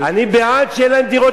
אני בעד שיהיו להם דירות,